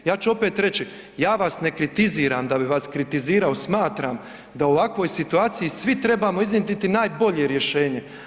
Ja ću opet reći, ja vas ne kritiziram, da bi vas kritizirao smatram da u ovakvoj situaciji svi trebamo iznjedriti najbolje rješenje.